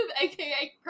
aka